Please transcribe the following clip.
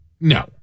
No